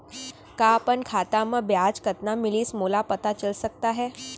का अपन खाता म ब्याज कतना मिलिस मोला पता चल सकता है?